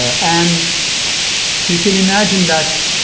and you can imagine that